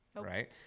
right